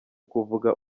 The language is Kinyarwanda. kuvuga